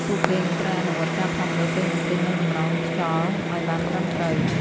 ពួកគេនឹងត្រូវអនុវត្តការផ្លាស់ប្តូរប្រេងម៉ាស៊ីននិងតម្រងខ្យល់ឱ្យបានត្រឹមត្រូវ។